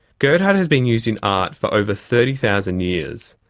goethite has been used in art for over thirty thousand years,